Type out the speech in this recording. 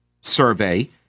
survey